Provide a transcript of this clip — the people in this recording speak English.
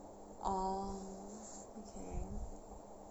oh okay